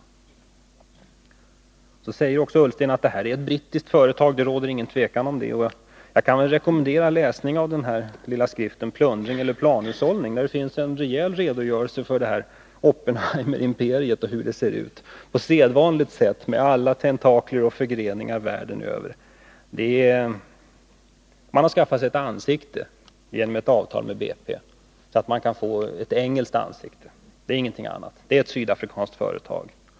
Ola Ullsten säger också att det här rör sig om ett brittiskt företag. Därom råder inga tvivel. Jag kan rekommendera läsning av den lilla skriften Plundring eller planhushållning, där det finns en rejäl redogörelse för det här Oppenheimerimperiet, hur det ser ut på sedvanligt sätt med alla tentakler och förgreningar världen över. Man har skaffat sig ett nytt ansikte genom ett avtal med BP. På det sättet kan man få ett engelskt ansikte — det är inte fråga om någonting annat. Men i själva verket är det ett sydafrikanskt företag.